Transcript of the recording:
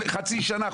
חצי שנה,